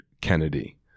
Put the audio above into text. Kennedy